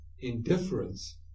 indifference